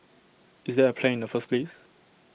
is there A plan in the first place